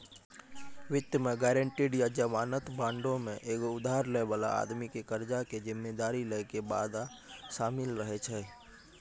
वित्त मे गायरंटी या जमानत बांडो मे एगो उधार लै बाला आदमी के कर्जा के जिम्मेदारी लै के वादा शामिल रहै छै